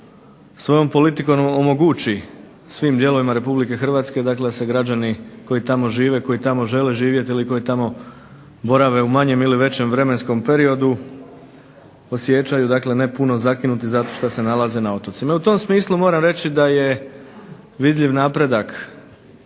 svojom politikom omogući svim dijelovima RH da se građani koji tamo žive, koji tamo žele živjeti ili koji tamo borave u manjem ili većem vremenskom periodu osjećaju dakle ne puno zakinuti zato što se nalaze na otocima. I u tom smislu moram reći da je vidljiv napredak